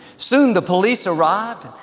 soon the police arrived.